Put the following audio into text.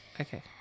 okay